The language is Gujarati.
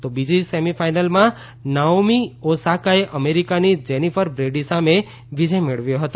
તો બીજી સેમી ફાઇનલમાં નાઓમી ઓસાકાએ અમેરીકાની જેનીફર બ્રેડી સામે વિજય મેળવ્યો હતો